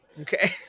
Okay